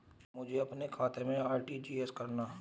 मुझे अपने खाते से आर.टी.जी.एस करना?